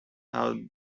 how